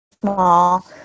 small